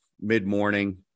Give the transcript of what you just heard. mid-morning